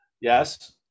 yes